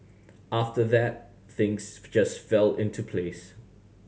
after that things just fell into place